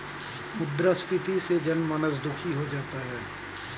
मुद्रास्फीति से जनमानस दुखी हो जाता है